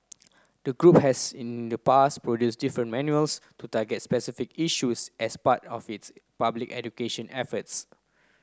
the group has in the past produced different manuals to target specific issues as part of its public education efforts